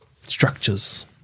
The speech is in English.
structures